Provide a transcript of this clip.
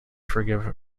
forgive